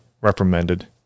reprimanded